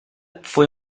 fue